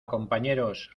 compañeros